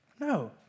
No